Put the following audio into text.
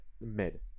mid